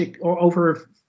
over